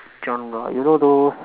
genre you know those